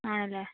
ആണല്ലേ